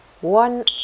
one